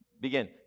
Begin